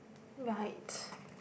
right